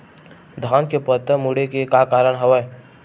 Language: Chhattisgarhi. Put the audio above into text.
धान के पत्ता मुड़े के का कारण हवय?